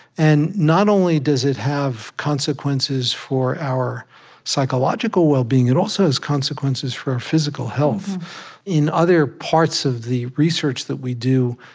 and not only does it have consequences for our psychological wellbeing, it also has consequences for our physical health in other parts of the research that we do,